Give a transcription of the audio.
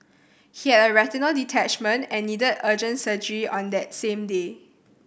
he had a retinal detachment and needed urgent surgery on the same day